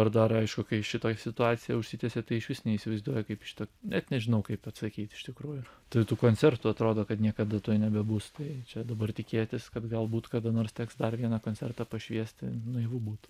ir dar aišku kai šita situacija užsitęsė tai išvis neįsivaizduoju kaip šita net nežinau kaip atsakyti iš tikrųjų tai tų koncertų atrodo kad niekada tuoj nebebus tai čia dabar tikėtis kad galbūt kada nors teks dar vieną koncertą pašviesti naivu būtų